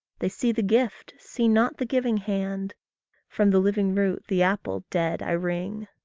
they see the gift, see not the giving hand from the living root the apple dead i wring.